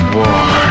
war